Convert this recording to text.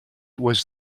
was